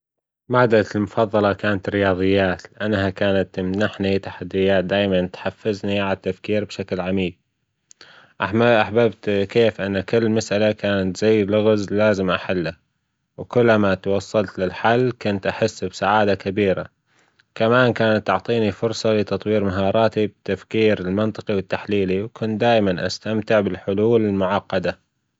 مادتي المفضلة كانت الرياضيات، لأنها كانت تمنحني تحديات دايما تحفزني عالتفكير بشكل عميج. أحببت كيف إن كل مسألة كانت زي لغزلازم أحله، وكل ما توصلت للحل كنت أحس بسعادة كبيرة، كمان كانت تعطيني فرصة لتطوير مهاراتي في التفكير المنطجي والتحليلي وكنت دايما أستمتع بالحلول المعقدة.